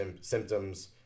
symptoms